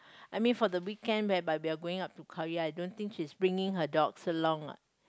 I mean for the weekend whereby we are going up to Khao-Yai I don't think she's bringing her dogs along ah